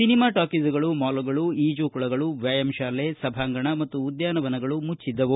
cinema ಟಾಕೀಸುಗಳು ಮಾಲ್ಗಳು ಈಜು ಕೊಳಗಳು ವ್ಯಾಯಾಮ ಶಾಲೆ ಸಭಾಂಗಣ ಮತ್ತು ಉದ್ಯಾನವನಗಳು ಮುಚ್ಚಿದ್ದವು